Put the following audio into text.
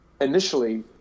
initially